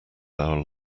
our